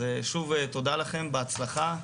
שוב תודה לכם, בהצלחה.